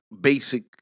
basic